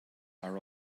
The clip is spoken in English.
our